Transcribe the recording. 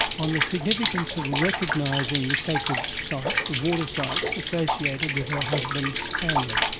on the significance of recognising the sacred sites, the water sites associated with her husband's family.